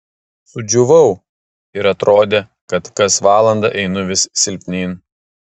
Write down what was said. sudžiūvau ir atrodė kad kas valandą einu vis silpnyn